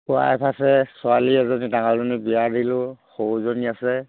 wife আছে ছোৱালী এজনী ডাঙৰজনী বিয়া দিলোঁ সৰুজনী আছে